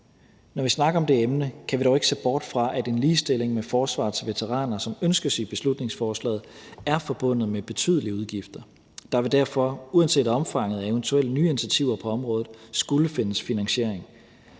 Når vi snakker om det emne, kan vi dog ikke se bort fra, at en ligestilling med forsvarets veteraner, som ønskes med beslutningsforslaget, er forbundet med betydelige udgifter. Der vil derfor uanset omfanget af eventuelle nye initiativer på området skulle findes finansiering.